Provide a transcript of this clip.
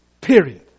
period